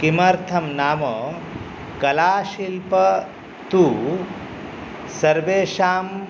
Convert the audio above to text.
किमर्थं नाम कलाशिल्पः तु सर्वेषां